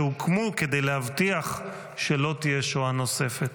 שהוקמו כדי להבטיח שלא תהיה שואה נוספת.